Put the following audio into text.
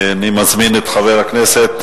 אני מזמין את חבר הכנסת,